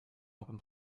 open